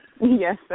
Yes